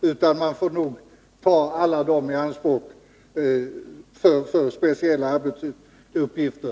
Denna kvalificerade arbetskraft får nog tas i anspråk för speciella arbetsuppgifter.